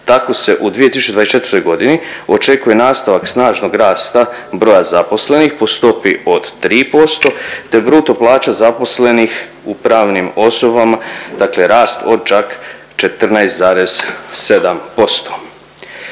Tako se u 2024.g. očekuje nastavak snažnog rasta broja zaposlenih po stopi od 3%, te bruto plaća zaposlenih u pravnim osobama dakle rast od čak 14,7%.